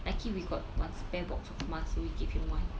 lucky we got one spare box of mask so we give him one